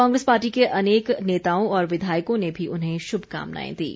कांग्रेस पार्टी के अनेक नेताओं और विधायकों ने भी उन्हें शुभकामनाएं दीं